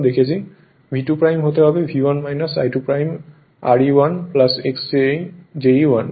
V2 হতে হবে V1 I2 R e 1 j X e 1